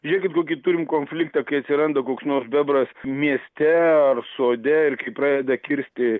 žiūrėkit kokį turim konfliktą kai atsiranda koks nors bebras mieste ar sode ir kai pradeda kirsti